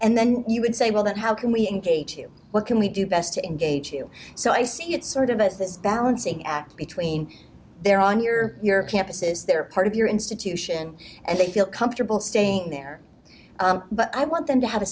and then you would say well that how can we engage you what can we do best to engage you so i see it sort of as this balancing act between they're on your your campuses they're part of your institution and they feel comfortable staying there but i want them to have a